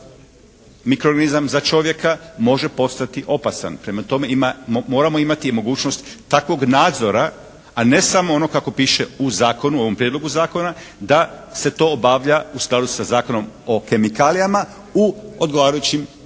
mikroorganizam za čovjeka može postati opasan. Prema tome moramo imati mogućnost takvog nadzora, a ne samo ono kako piše u zakonu, u ovom prijedlogu zakona da se to obavlja u skladu sa Zakonom o kemikalijama u odgovarajućim kemijskim